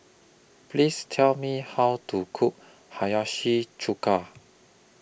Please Tell Me How to Cook Hiyashi Chuka